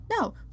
No